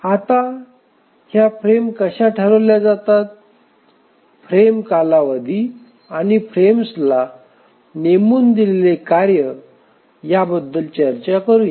आता या फ्रेम कशा ठरवल्या जातात फ्रेम कालावधी आणि फ्रेम्सला नेमून दिलेल्या कार्ये याबद्दल चर्चा करूया